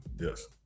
Yes